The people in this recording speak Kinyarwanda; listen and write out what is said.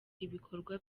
ibikorwa